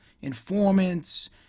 informants